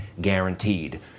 guaranteed